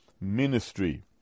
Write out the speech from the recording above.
ministry